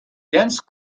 dense